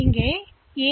எனவே இது A0 ஆகும்